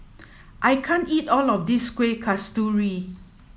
I can't eat all of this Kuih Kasturi